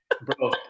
Bro